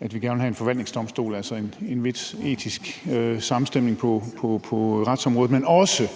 at vi gerne vil have en forvaltningsdomstol. Der er altså en vis etisk samstemning på retsområdet, men også